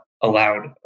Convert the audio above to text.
allowed